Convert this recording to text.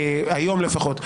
היום לפחות,